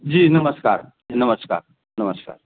जी नमस्कार नमस्कार नमस्कार